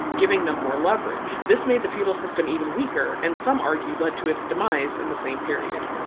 giving them more leverage. this made the feudal system even weaker, and some argue, led to its demise in the same period.